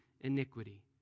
iniquity